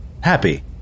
happy